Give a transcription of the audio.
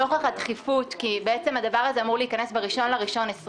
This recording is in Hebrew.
הדבר הזה אמור להיכנס ב-1.1.20.